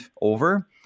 over